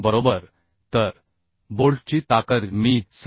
बरोबर तर बोल्टची ताकद मी 37